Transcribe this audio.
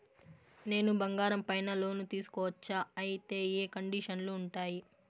నేను బంగారం పైన లోను తీసుకోవచ్చా? అయితే ఏ కండిషన్లు ఉంటాయి?